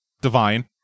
Divine